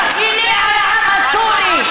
אל תתבכייני על העם הסורי.